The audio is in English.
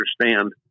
understand